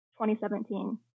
2017